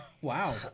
Wow